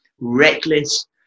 reckless